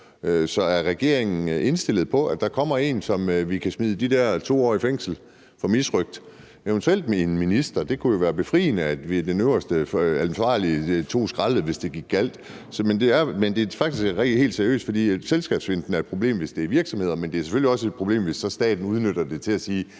Så er regeringen indstillet på, at der kommer en, som vi kan smide de der 2 år i fængsel for misrøgt, eventuelt en minister? Det kunne jo være befriende, at den øverste ansvarlige tog skraldet, hvis det gik galt. Det er faktisk helt seriøst ment, for selskabsfinten er et problem, hvis det er virksomheder, men det er selvfølgelig også et problem, hvis staten udnytter det til at sige: